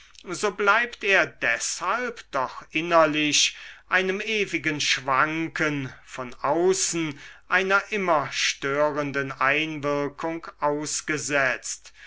so bleibt er deshalb doch innerlich einem ewigen schwanken von außen einer immer störenden einwirkung ausgesetzt